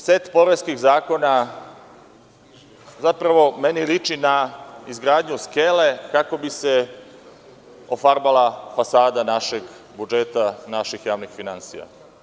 Set poreskih zakona zapravo meni liči na izgradnju skele, kako bi se ofarbala fasada našeg budžeta, naših javnih finansija.